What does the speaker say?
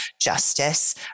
justice